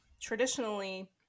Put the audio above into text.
traditionally